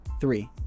Three